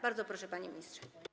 Bardzo proszę, panie ministrze.